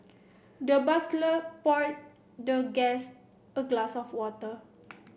the butler poured the guest a glass of water